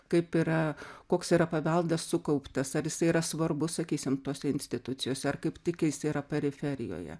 kaip yra koks yra paveldas sukauptas ar jisai yra svarbus sakysim tose institucijose ar kaip tik jis yra periferijoje